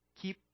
keep